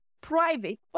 private